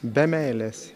be meilės